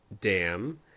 dam